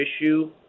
issue